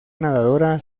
nadadora